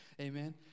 Amen